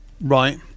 Right